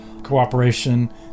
Cooperation